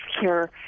care